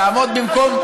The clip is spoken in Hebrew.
תעמוד במקום,